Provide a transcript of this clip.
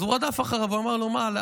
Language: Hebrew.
אז הוא רדף אחריו והוא אמר לו: מה,